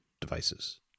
devices